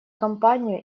компанию